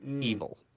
evil